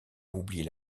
oublier